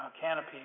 canopy